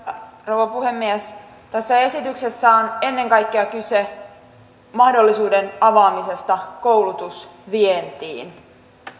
arvoisa rouva puhemies tässä esityksessä on ennen kaikkea kyse mahdollisuuden avaamisesta koulutusvientiin